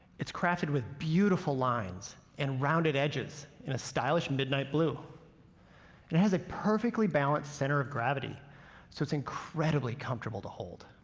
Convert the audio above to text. it's crafted with beautiful lines and rounded edges in a stylish midnight blue. and it has a perfectly balanced center of gravity so it's incredibly comfortable to hold.